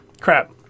Crap